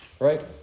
Right